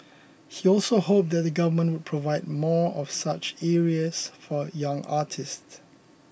he also hoped that the Government Provide more of such areas for young artists